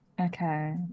Okay